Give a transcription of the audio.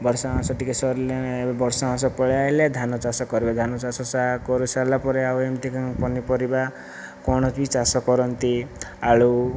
ବର୍ଷା ମାସ ଟିକିଏ ସରିଲେ ବର୍ଷା ମାସ ପଳେଇ ଆସିଲେ ଧାନ ଚାଷ କରିବେ ଧାନ ଚାଷ କରିସାରିଲା ପରେ ଆଉ ଏମିତି ପନିପରିବା କ'ଣ ବି ଚାଷ କରନ୍ତି ଆଳୁ